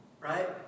Right